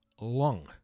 lung